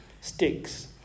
sticks